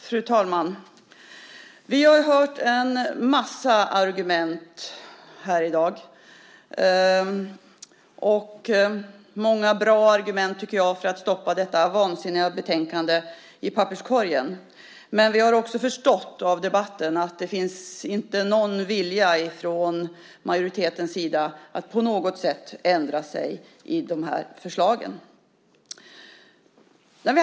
Fru talman! Vi har i dag fått höra många bra argument för att stoppa detta vansinniga betänkande i papperskorgen. Men vi har av debatten förstått att det inte finns någon vilja från majoritetens sida att ändra sig vad gäller förslagen i betänkandet.